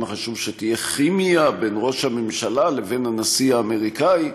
חשוב שתהיה כימיה בין ראש הממשלה לבין הנשיא האמריקני,